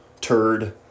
turd